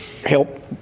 help